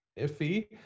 iffy